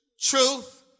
Truth